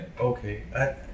Okay